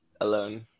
Alone